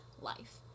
life